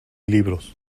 libros